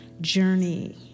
journey